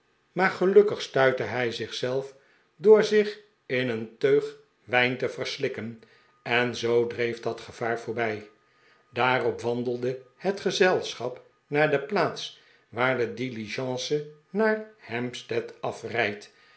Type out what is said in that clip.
maar gelukkig stuitte hij zich zelf door zich in een teug wijn te verslikken en zoo dreef dat gevaar voorbij daarop wandelde het gezelschap naar de plaats waar de diligence naar hampstead afrijdt